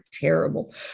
terrible